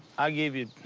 i'll give you